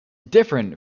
different